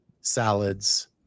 salads